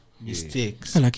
mistakes